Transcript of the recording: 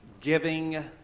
giving